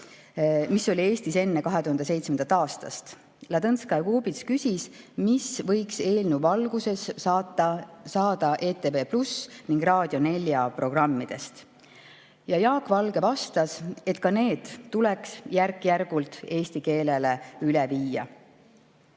mis oli Eestis enne 2007. aastat. Ladõnskaja-Kubits küsis, mis võiks eelnõu valguses saada ETV+ ning Raadio 4 programmidest. Jaak Valge vastas, et ka need tuleks järk-järgult eesti keelele üle viia. Jaak